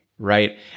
Right